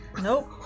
Nope